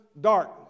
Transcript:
dark